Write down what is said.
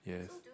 yes